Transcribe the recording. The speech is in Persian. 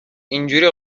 اینجوری